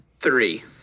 three